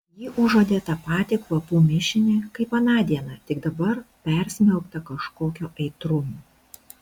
ji užuodė tą patį kvapų mišinį kaip aną dieną tik dabar persmelktą kažkokio aitrumo